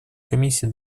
комиссии